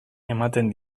ematen